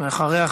ואחריה,